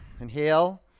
Inhale